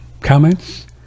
comments